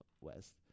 West